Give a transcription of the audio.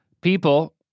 People